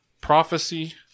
prophecy